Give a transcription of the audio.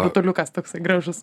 rutuliukas toksai gražus